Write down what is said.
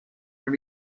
from